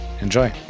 Enjoy